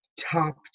top